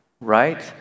right